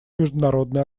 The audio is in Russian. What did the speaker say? международные